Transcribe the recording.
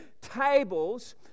tables